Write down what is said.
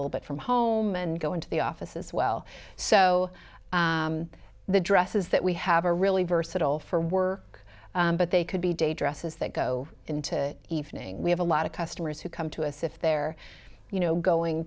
little bit from home and go into the office as well so the dresses that we have a really versatile for work but they could be day dresses that go into evening we have a lot of customers who come to us if they're you know going